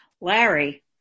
Larry